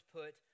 put